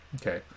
Okay